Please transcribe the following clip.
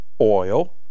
oil